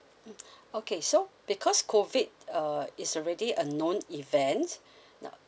mm okay so because COVID uh is already a known event now